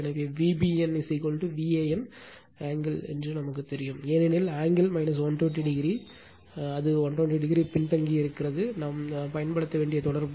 எனவே Vbn Van angle நமக்குத் தெரியும் ஏனெனில் ஆங்கிள் 120 ஏனெனில் அது 120 பின்தங்கியது நாம் பயன்படுத்த வேண்டிய தொடர்பு